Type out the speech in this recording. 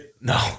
No